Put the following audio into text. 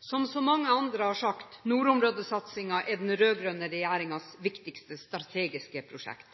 Som så mange andre har sagt, er nordområdesatsingen den rød-grønne regjeringens viktigste strategiske prosjekt.